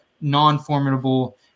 non-formidable